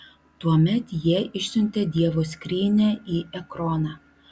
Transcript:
tuomet jie išsiuntė dievo skrynią į ekroną